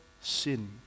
sin